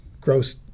gross